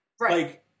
Right